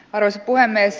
arvoisa puhemies